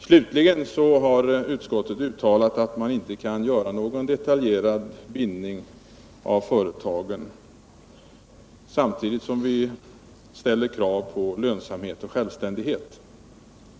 Slutligen har utskottet uttalat att man inte kan göra någon detaljerad bindning av företagen, samtidigt som vi ställer krav på lönsamhet och självständighet.